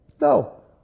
No